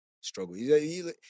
struggle